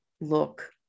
look